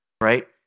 right